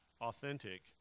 authentic